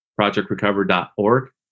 projectrecover.org